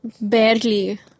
barely